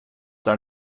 där